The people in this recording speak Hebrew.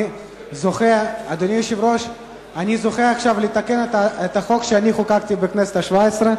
אני זוכה עכשיו לתקן את החוק שאני חוקקתי בכנסת השבע-עשרה.